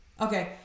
Okay